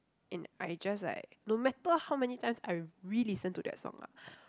and I just like no matter how many times I re-listen to that song ah